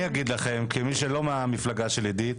אני אגיד לכם כמי שלא מהמפלגה של עידית,